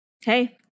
hey